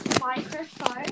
microphone